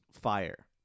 fire